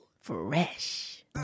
Fresh